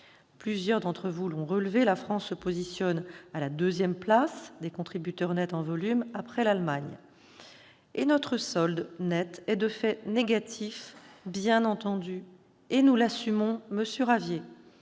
Plusieurs d'entre vous l'ont relevé, la France est le deuxième contributeur net en volume, après l'Allemagne. Notre solde net est de fait négatif, bien entendu, et nous l'assumons, monsieur